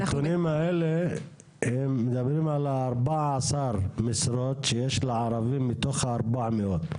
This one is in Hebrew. הנתונים האלה הם מדברים על ה-14 משרות שיש לערבים מתוך ה-400.